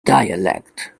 dialect